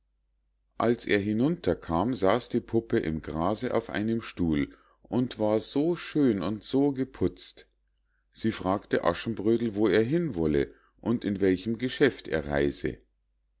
als er hinunterkam saß die puppe im grase auf einem stuhl und war so schön und so geputzt sie fragte aschenbrödel wo er hin wolle und in welchem geschäft er reise